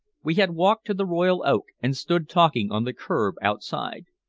we had walked to the royal oak, and stood talking on the curb outside.